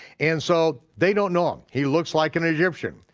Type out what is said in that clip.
and so they don't know him, he looks like an egyptian.